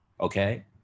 Okay